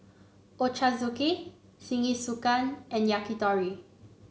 Ochazuke Jingisukan and Yakitori